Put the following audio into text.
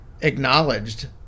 acknowledged